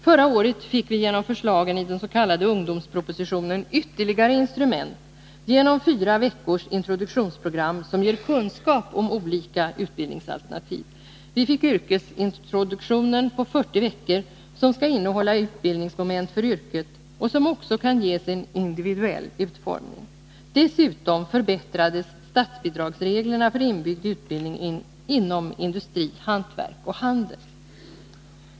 Förra året fick vi genom förslagen i den s.k. ungdomspropositionen ytterligare instrument genom ett fyra veckors introduktionsprogram, som ger kunskap om olika utbildningsalternativ. Vi fick yrkesintroduktionen på 40 veckor, som skall innehålla utbildningsmoment för yrket och som också kan ges en individuell utformning. Dessutom förbättrades statsbidragsreglerna för inbyggd utbildning inom industri, hantverk och handel.